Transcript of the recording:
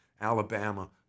Alabama